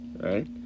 right